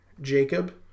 Jacob